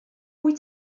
wyt